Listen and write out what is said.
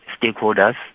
stakeholders